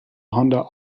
honda